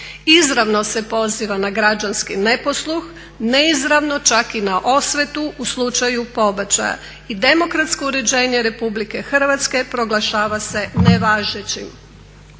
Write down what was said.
Izravno se poziva na građanski neposluh, neizravno čak i na osvetu u slučaju pobačaja. I demokratsko uređenje RH proglašava se nevažećim.